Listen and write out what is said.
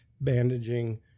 bandaging